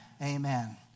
Amen